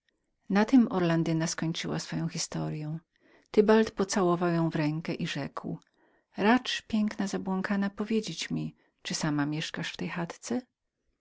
światła i zapalił latarnią na tem orlandyna skończyła swoją historyę tybald pocałował ją w rękę i rzekł racz piękna zabłąkana powiedzieć mi czy sama mieszkasz w tej